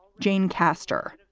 jane castor,